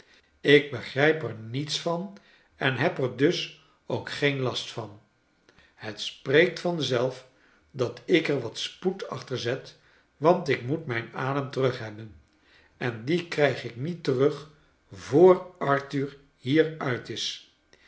ik begrijp er niets van en heb er dus ook geen last van het spreekt van zelf dat ik er wat spoed acliter zet want ik moet mijn adem terug hebben en die krijg ik niet terug voor arthur hier uit is